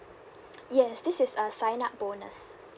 yes this is a sign up bonus